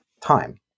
time